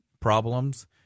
problems